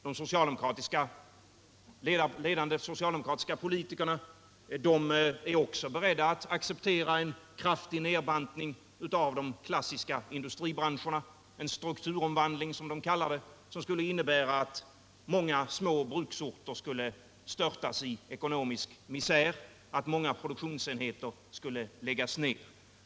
De ledande socialdemokratiska politikerna är också beredda att acceptera en kraftig nedbantning av de klassiska industribranscherna — en strukturomvandling som de kallar det — som skulle innebära att många små bruksorter skulle störtas i ekonomisk misär, att många produktionsenheter skulle läggas ned.